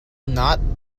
not